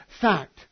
fact